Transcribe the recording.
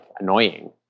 annoying